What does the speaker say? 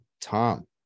Tom